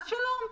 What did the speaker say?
אז שלום,